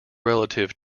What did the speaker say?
relative